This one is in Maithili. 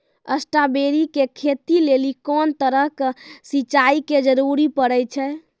स्ट्रॉबेरी के खेती लेली कोंन तरह के सिंचाई के जरूरी पड़े छै?